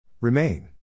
Remain